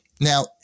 Now